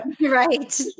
Right